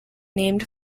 named